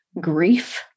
grief